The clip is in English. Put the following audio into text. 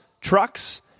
trucks